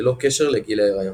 ללא קשר לגיל ההריון.